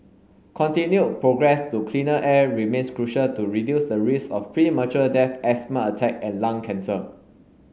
continued progress to cleaner air remains crucial to reduce the risk of premature death asthma attack and lung cancer